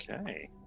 Okay